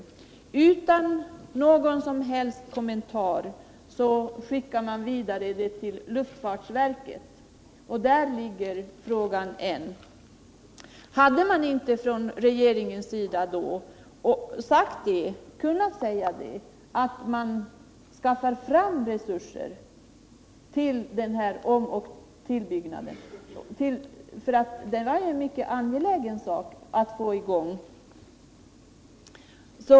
Jo, utan någon som helst kommentar skickades den vidare till luftfartsverket, där frågan fortfarande ligger. Hade inte regeringen i stället kunnat säga att man ville skaffa fram resurser till nybyggnaden, som ju är en mycket angelägen sak?